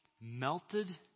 melted